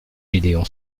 gédéon